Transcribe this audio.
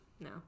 No